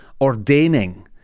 ordaining